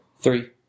three